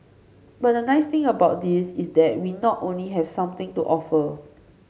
but the nice thing about this is that we not only have something to offer